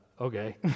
okay